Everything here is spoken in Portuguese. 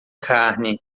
carne